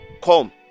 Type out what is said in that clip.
Come